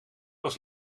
was